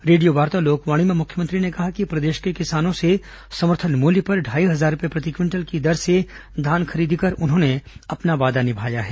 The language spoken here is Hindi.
रेडियोवार्ता लोकवाणी में मुख्यमंत्री ने कहा कि प्रदेश के किसानों से समर्थन मूल्य पर ढाई हजार रूपये प्रति क्विंटल की दर से धान खरीदी कर उन्होंने अपना वादा निभाया है